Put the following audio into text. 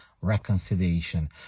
reconciliation